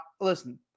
listen